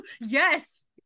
Yes